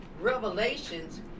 Revelations